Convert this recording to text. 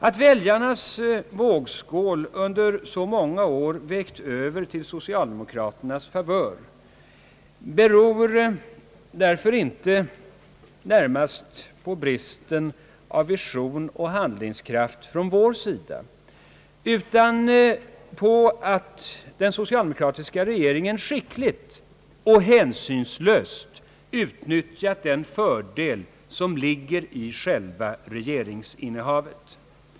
Att väljarnas vågskål under så många år vägt över till socialdemokraternas favör beror därför inte närmast på bristen av vision och handlingskraft från vår sida, utan på att den socialdemokratiska regeringen skickligt och hänsynslöst utnyttjat den fördel som ligger i själva regeringsinnehavet.